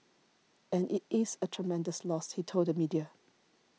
and it is a tremendous loss he told the media